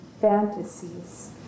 fantasies